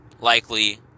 likely